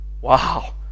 Wow